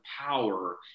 power